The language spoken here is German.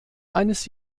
eines